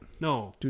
No